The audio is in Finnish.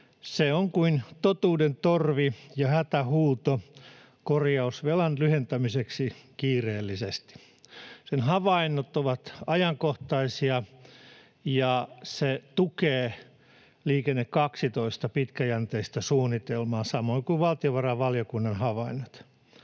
Se on kuin totuuden torvi ja hätähuuto korjausvelan lyhentämiseksi kiireellisesti. Sen havainnot ovat ajankohtaisia, ja se tukee Liikenne 12:n pitkäjänteistä suunnitelmaa, samoin kuin valtiovarainvaliokunnan havainnot.